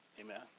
Amen